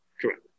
Correct